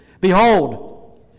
Behold